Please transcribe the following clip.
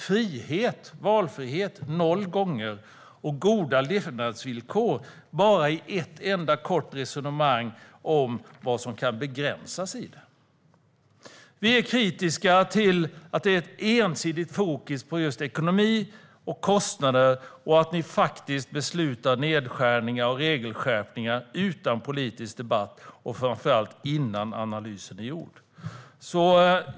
"Frihet" och "valfrihet" nämns noll gånger, och "goda levnadsvillkor" bara i ett enda kort resonemang om vad som kan begränsas. Vi är kritiska till att det är ett ensidigt fokus på just ekonomi och kostnader och att ni faktiskt beslutar om nedskärningar och regelskärpningar utan politisk debatt och framför allt innan analysen är gjord.